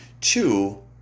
Two